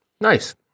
Nice